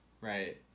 Right